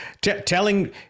telling